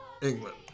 England